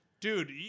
Dude